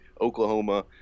Oklahoma